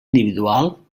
individual